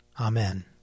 Amen